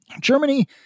Germany